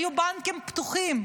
היו בנקים פתוחים.